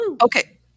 Okay